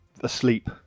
asleep